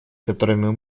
которыми